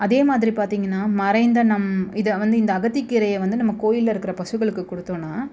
அதே மாதிரி பார்த்திங்கன்னா மறைந்த நம் இதை வந்து இந்த அகத்திக்கீரையை வந்து நம்ம கோவில்ல இருக்கிற பசுக்களுக்கு கொடுத்தோம்னா